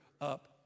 up